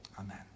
Amen